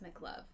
Love